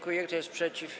Kto jest przeciw?